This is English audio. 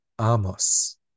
Amos